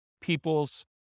people's